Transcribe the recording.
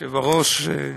אדוני היושב-ראש,